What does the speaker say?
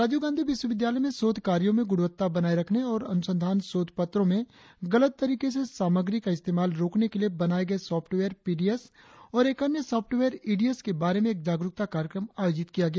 राजीव गांधी विश्वविद्यालय में शोध कार्यों में गुणवत्ता बनाए रखने और अनुसंधान शोध पत्रों में गलत तरीके से सामग्री का इस्तेमाल रोकने के लिए बनाए गए सॉफ्टवेयर पी डी एस और एक अन्य सॉफ्टवेयर ई डी एस के बारे में एक जागरुकता कार्यक्रम का आयोजन किया गया